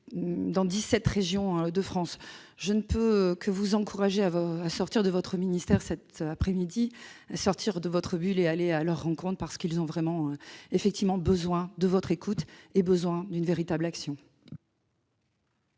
dix-sept régions de France. Je ne peux que vous encourager à sortir de votre ministère cet après-midi, à sortir de votre bulle, et à aller à leur rencontre : ils ont vraiment besoin de votre écoute et d'une véritable action.